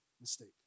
mistake